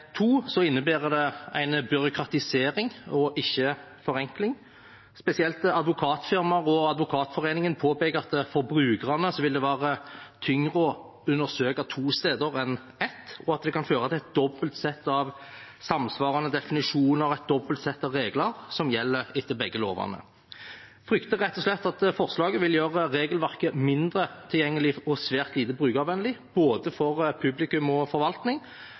to, innebærer det en byråkratisering, ikke forenkling. Spesielt advokatfirmaer og Advokatforeningen påpeker at det for brukerne vil være tyngre å undersøke to steder enn ett, og at det kan føre til et dobbelt sett av samsvarende definisjoner og et dobbelt sett av regler som gjelder etter begge lovene. En frykter rett og slett at forslaget vil gjøre regelverket mindre tilgjengelig og svært lite brukervennlig, for både publikum og forvaltning,